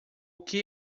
que